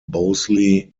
bosley